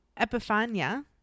Epiphania